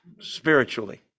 spiritually